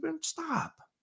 stop